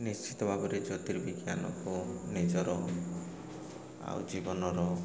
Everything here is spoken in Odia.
ନିଶ୍ଚିତ ଭାବରେ ଜ୍ୟୋତିର୍ବିଜ୍ଞାନକୁ ନିଜର ଆଉ ଜୀବନର